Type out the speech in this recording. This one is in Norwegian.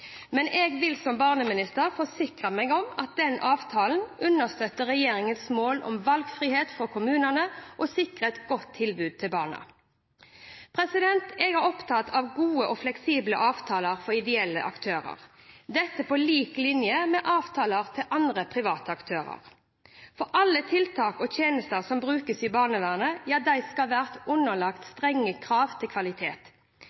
men jeg vil som barneminister forsikre meg om at denne avtalen understøtter regjeringens mål om valgfrihet for kommunene og sikrer et godt tilbud til barna. Jeg er opptatt av gode og fleksible avtaler for ideelle aktører – på lik linje med avtaler med andre private aktører. Alle tiltak og tjenester som brukes i barnevernet, skal være underlagt